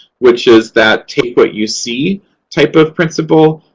which is that take what you see type of principle,